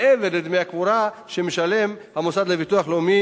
מעבר לדמי הקבורה שמשלם המוסד לביטוח לאומי